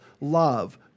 love